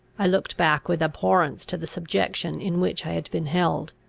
i looked back with abhorrence to the subjection in which i had been held.